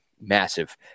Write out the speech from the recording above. massive